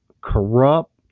corrupt